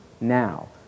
now